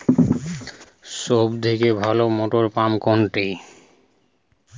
সবথেকে ভালো মটরপাম্প কোনটি?